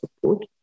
support